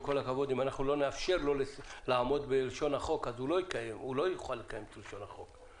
אם לא נאפשר לו לעמוד בלשון החוק אז הוא לא יוכל לקיים את לשון החוק.